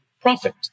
profit